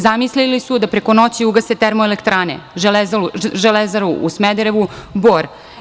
Zamislili su da preko noći ugase TE, Železaru u Smederevu, Bor.